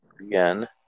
again